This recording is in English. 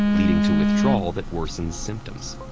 leading to withdrawal that worsens symptoms.